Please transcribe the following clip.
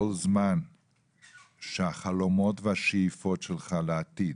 כל זמן שהחלומות והשאיפות שלך לעתיד